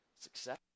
Success